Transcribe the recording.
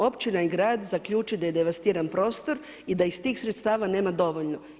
Općina i grad zaključi da je devastiran prostor i da iz tih sredstava nema dovoljno.